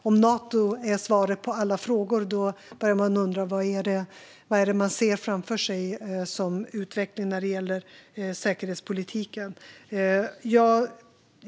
Om Nato är svaret på alla frågor undrar jag vad det är för utveckling man ser framför sig när det gäller säkerhetspolitiken.